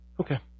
Okay